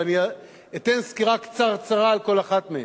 ואני אתן סקירה קצרצרה על כל אחד מהם.